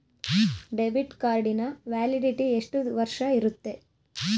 Debit ಕಾರ್ಡಿನ validity ಎಷ್ಟು ವರ್ಷ ಇರುತ್ತೆ?